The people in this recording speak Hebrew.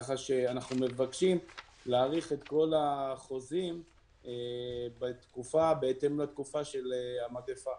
אנחנו מבקשים להאריך את כל החוזים בהתאם לתקופה של המגיפה.